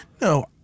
No